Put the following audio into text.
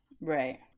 Right